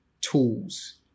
tools